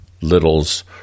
littles